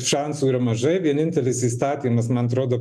šansų yra mažai vienintelis įstatymas man trodo